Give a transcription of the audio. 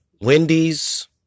Wendy's